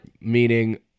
Meaning